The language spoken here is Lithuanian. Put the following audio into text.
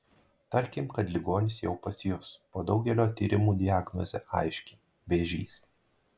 tarkim kad ligonis jau pas jus po daugelio tyrimų diagnozė aiški vėžys